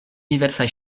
diversaj